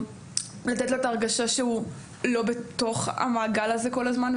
לתת לו את ההרגשה שהוא לא לבד בתוך המעגל הזה כל הזמן,